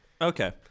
Okay